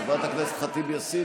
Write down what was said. חברת הכנסת ח'טיב יאסין,